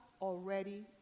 already